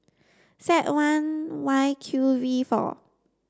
Z one Y Q V four